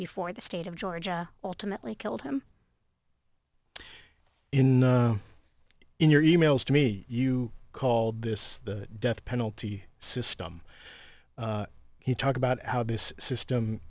before the state of georgia ultimately killed him in in your e mails to me you called this the death penalty system you talk about how this system